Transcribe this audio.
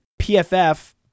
PFF